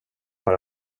vara